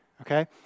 okay